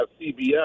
CBS